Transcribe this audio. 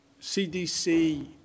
CDC